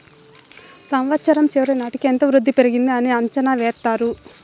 సంవచ్చరం చివరి నాటికి ఎంత వృద్ధి పెరిగింది అని అంచనా ఎత్తారు